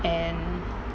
and